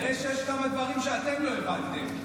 כנראה שיש כמה דברים שאתם לא הבנתם.